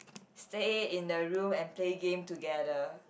stay in a room and play game together